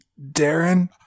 Darren